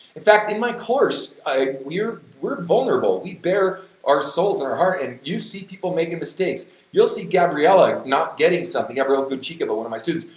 in fact, in my course i, we're we're vulnerable, we bare our souls and our heart and you see people making mistakes. you'll see gabriela not getting something, gabriela guncikova, one of my students,